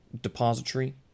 depository